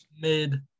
mid